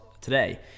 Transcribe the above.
today